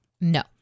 No